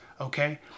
Okay